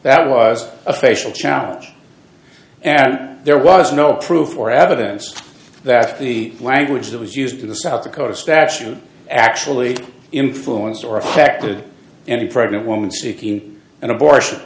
that was a facial challenge and there was no proof or evidence that the language that was used in the south dakota statute actually influenced or affected any pregnant woman seeking an abortion